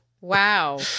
Wow